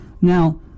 Now